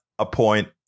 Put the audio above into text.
Appoint